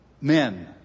men